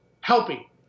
helping